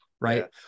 Right